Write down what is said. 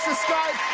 skype,